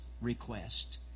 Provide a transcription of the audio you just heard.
request